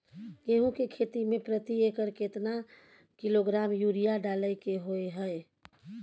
गेहूं के खेती में प्रति एकर केतना किलोग्राम यूरिया डालय के होय हय?